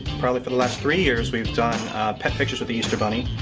probably but last three years, we've done pet pictures with the easter bunny.